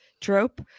trope